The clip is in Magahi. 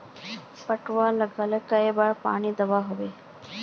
पटवा लगाले कई बार पानी दुबा होबे?